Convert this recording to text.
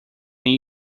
new